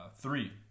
three